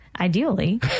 Ideally